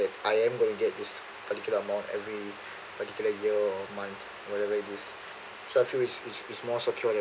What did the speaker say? I am going to get this particular amount every particular year or month whatever it is so I feel it's it's it's more secure